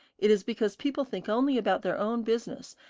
it is because people think only about their own business,